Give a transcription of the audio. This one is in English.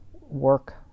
work